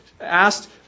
asked